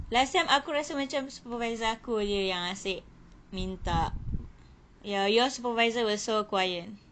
last sem aku rasa macam supervisor aku jer yang asik minta ya your supervisor was so quiet